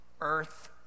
earth